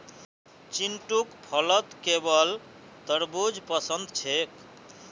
चिंटूक फलत केवल तरबू ज पसंद छेक